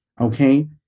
Okay